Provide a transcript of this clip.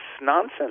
nonsense